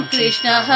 Krishna